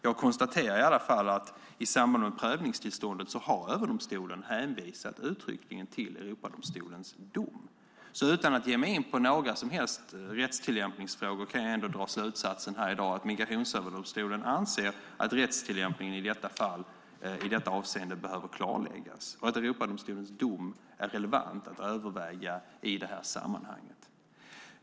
Jag konstaterar i alla fall att Migrationsöverdomstolen i samband med prövningstillståndet uttryckligen har hänvisat till Europadomstolens dom. Utan att ge mig in på några som helst rättstillämpningsfrågor kan jag ändå dra slutsatsen här i dag att Migrationsöverdomstolen anser att rättstillämpningen i detta avseende behöver klarläggas och att Europadomstolens dom är relevant att överväga i detta sammanhang.